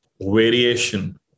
variation